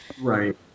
Right